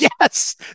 yes